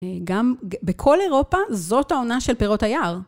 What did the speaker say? גם בכל אירופה, זאת העונה של פירות היער.